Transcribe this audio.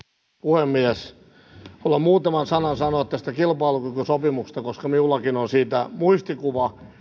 puhemies haluan muutaman sanan sanoa tästä kilpailukykysopimuksesta koska minullakin on siitä muistikuva